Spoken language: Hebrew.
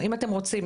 אם אתם רוצים.